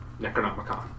Necronomicon